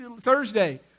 Thursday